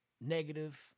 negative